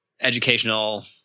educational